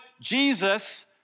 Jesus